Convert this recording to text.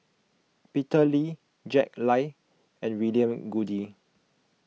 Peter Lee Jack Lai and William Goode